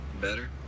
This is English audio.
Better